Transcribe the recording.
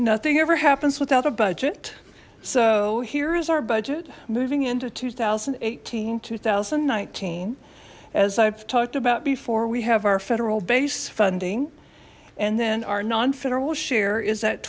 nothing ever happens without a budget so here is our budget moving into two thousand and eighteen two thousand and nineteen as i've talked about before we have our federal base funding and then our non federal share is that